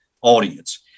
audience